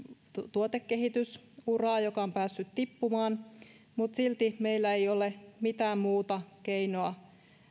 tuotekehitysuraa joka on päässyt tippumaan mutta silti meillä ei ole mitään muuta keinoa